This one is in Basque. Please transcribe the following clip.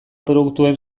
produktuen